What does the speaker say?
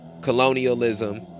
colonialism